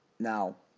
now